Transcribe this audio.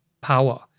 power